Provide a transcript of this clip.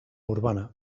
urbana